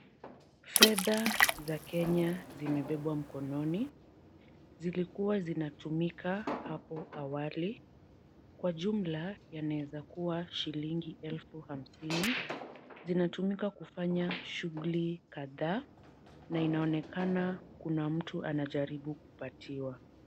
Fedha za Kenya zimebebwa mikononi . Zilikuwa zinatumika hapo awali. Kwa jumla yanaweza kuwa shilingi elfu hamsini . Zinatumika kufanya shughuli kadhaa na inaonekana kuna mtu anajaribu kupatiwa.